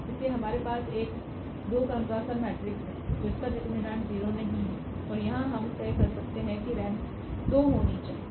इसलिए हमारे पास एक 2 क्रम का सबमेट्रिक्स है जिसका डिटरमिनेंट 0 नहीं है और यहां हम तय कर सकते हैं कि रेंक 2 होनी चाहिए